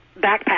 backpack